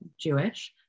Jewish